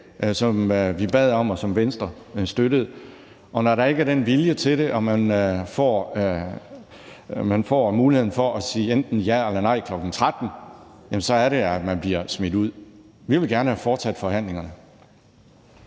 som vi bad om, og som Venstre støttede. Og når der ikke er den vilje til det og man får muligheden for at sige enten ja eller nej kl. 13.00, så er det, at man bliver smidt ud. Vi ville gerne have fortsat forhandlingerne.